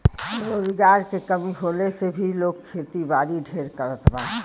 रोजगार के कमी होले से भी लोग खेतीबारी ढेर करत बा